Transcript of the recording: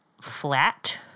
flat